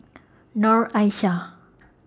Noor Aishah